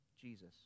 Jesus